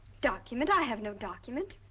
document? i have no document.